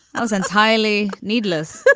ah was entirely needless.